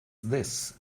this